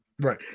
right